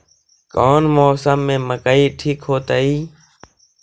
कौन मौसम में मकई ठिक होतइ?